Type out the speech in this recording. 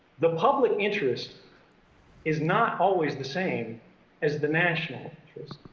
the public interest is not always the same as the national interest.